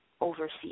overseas